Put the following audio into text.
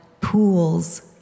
pools